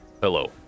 Hello